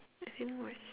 I didn't watch